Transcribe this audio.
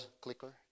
clicker